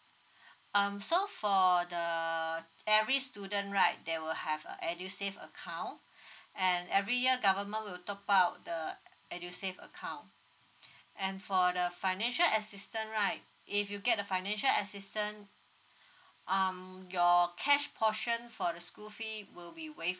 um so for the every student right there will have a edusave account and every year government will top up the edusave account and for the financial assistance right if you get the financial assistance um your cash portion for the school fee will be waive